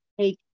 take